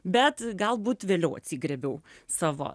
bet galbūt vėliau atsigriebiau savo